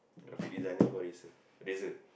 graphic designer for Razor Razor